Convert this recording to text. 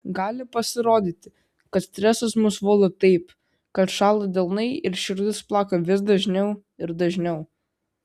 gali pasirodyti kad stresas mus valdo taip kad šąla delnai ir širdis plaka vis dažniau ir dažniau